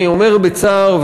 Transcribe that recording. אני אומר בצער,